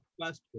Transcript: question